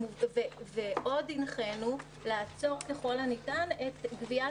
עוד הנחינו לעצור ככל הניתן את גביית